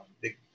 big